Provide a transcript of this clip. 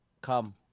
Come